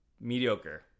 mediocre